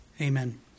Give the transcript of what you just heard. Amen